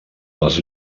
les